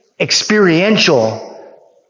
experiential